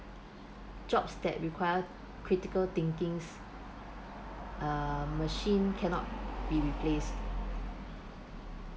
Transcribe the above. jobs that require critical thinkings uh machines cannot be replace